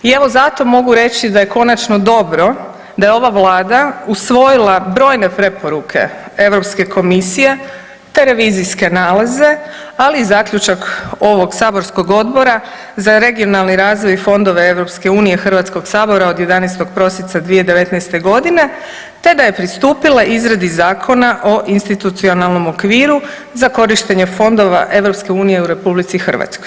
I evo zato mogu reći da je konačno dobro da je ova Vlada usvojila brojne preporuke Europske komisije, te revizijske nalaze, ali i zaključak ovog saborskog Odbora za regionalni razvoj i fondove EU Hrvatskog sabora iz prosinca 2019. godine te da je pristupila izradi Zakona o institucionalnom okviru za korištenje fondova EU u RH.